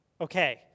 Okay